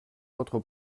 votre